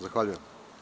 Zahvaljujem.